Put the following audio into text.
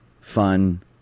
fun